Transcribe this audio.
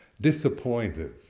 Disappointed